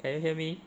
can you hear me